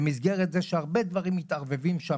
במסגרת זה שהרבה דברים מתערבבים שם